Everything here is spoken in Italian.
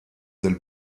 del